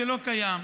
שלא קיים.